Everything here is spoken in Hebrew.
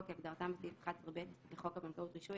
"כהגדרתם בסעיף 11ב לחוק הבנקאות (רישוי),